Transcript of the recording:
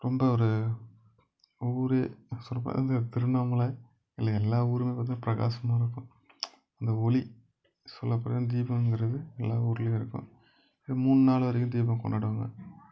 ரொம்ப ஒரு ஊரே சொல்லப்போனால் இந்த திருவண்ணாமலை இல்லைங்க எல்லா ஊரும் பார்த்திங்கன்னா பிரகாசமாக தான் இருக்கும் அந்த ஒளி சொல்லப்போனால் தீபம்ங்குறது எல்லா ஊர்லேயும் இருக்கும் மூணு நாள் வரைக்கும் தீபம் கொண்டாடுவாங்க